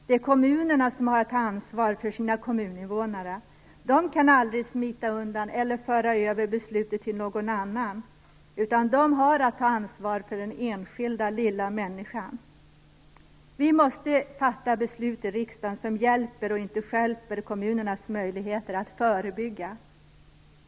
Det är kommunerna som har ett ansvar för sina kommuninvånare. De kan aldrig smita undan eller föra över beslutet till någon annan, utan de har att ta ansvar för den enskilda lilla människan. Riksdagen måste fatta beslut som hjälper och inte stjälper kommunernas möjligheter till förebyggande arbete.